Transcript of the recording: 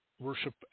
worship